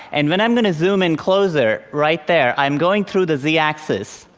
and when i'm going to zoom in closer, right there, i am going through the z-axis.